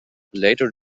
later